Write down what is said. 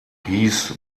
hieß